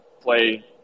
play